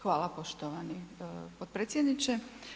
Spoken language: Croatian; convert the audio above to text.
Hvala poštovani potpredsjedniče.